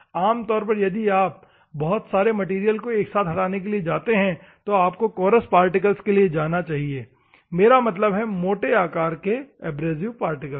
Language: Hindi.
आम तौर पर यदि आप बहुत सारे मैटेरियल को एक साथ हटाने के लिए जाना चाहते हैं तो आपको कोरस पार्टिकल्स के लिए जाना चाहिए मेरा मतलब है कि मोटे प्रकार के एब्रेसिव पार्टिकल्स